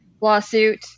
lawsuit